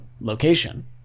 location